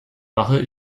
wache